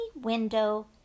window